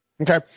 Okay